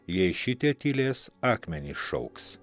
jei šitie tylės akmenys šauks